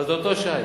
אבל זה אותו שי.